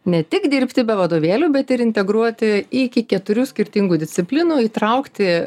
ne tik dirbti be vadovėlių bet ir integruoti iki keturių skirtingų disciplinų įtraukti